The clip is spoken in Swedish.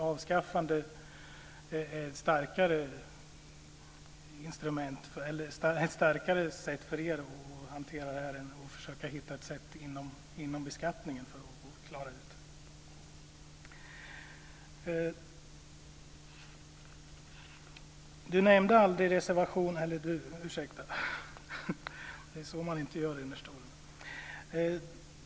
Avskaffande kanske är ett starkare sätt för Centern att hantera detta än att försöka hitta ett sätt inom beskattningen för att klara ut det.